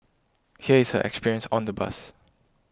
here is her experience on the bus